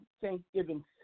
Thanksgiving